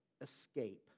escape